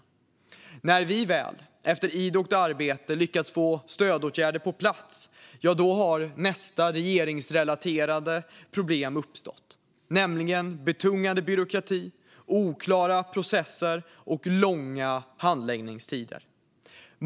Och när vi väl efter idogt arbete lyckats få stödåtgärder på plats har nästa regeringsrelaterade problem uppstått, nämligen betungande byråkrati, oklara processer och långa handläggningstider.